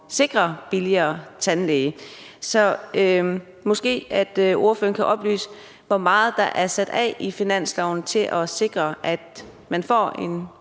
sikre en billigere tandlægeregning. Så måske ordføreren kan oplyse, hvor meget der er sat af i finansloven til at sikre, at man får en